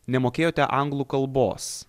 nemokėjote anglų kalbos